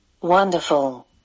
Wonderful